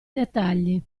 dettagli